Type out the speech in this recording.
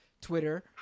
Twitter